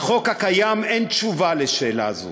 לחוק הקיים אין תשובה לשאלה זו.